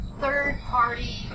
third-party